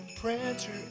Prancer